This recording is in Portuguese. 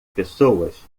pessoas